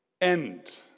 end